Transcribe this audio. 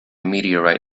meteorite